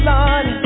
Lord